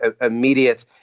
immediate